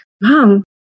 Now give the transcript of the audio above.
Mom